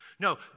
No